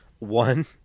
One